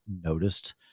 noticed